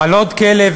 על עוד כלב,